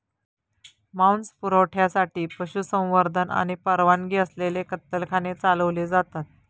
मांस पुरवठ्यासाठी पशुसंवर्धन आणि परवानगी असलेले कत्तलखाने चालवले जातात